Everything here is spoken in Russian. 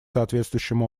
соответствующим